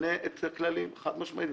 שמשנה את הכללים חד משמעית.